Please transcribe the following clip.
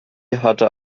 hatte